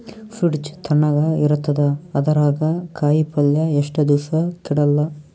Fridge ತಣಗ ಇರತದ, ಅದರಾಗ ಕಾಯಿಪಲ್ಯ ಎಷ್ಟ ದಿವ್ಸ ಕೆಡಲ್ಲ?